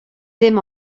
dim